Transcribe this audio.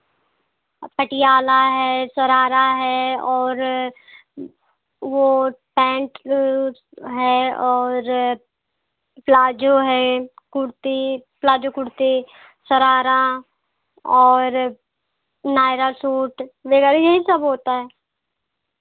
पटियाला है शरारा है और वह पैंट है और प्लाजो है कुर्ती प्लाजो कुर्ती शरारा और नायरा सूट यही सब होता है